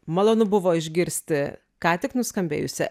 malonu buvo išgirsti ką tik nuskambėjusią